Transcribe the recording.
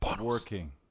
working